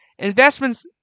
Investments